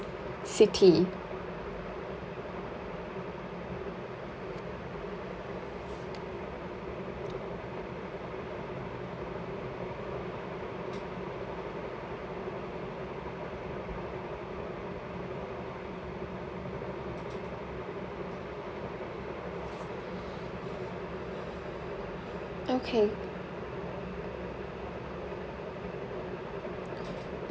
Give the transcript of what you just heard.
siti okay